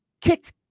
kicked